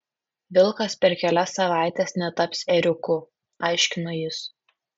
vilkas per kelias savaites netaps ėriuku aiškino jis